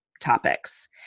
topics